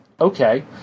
okay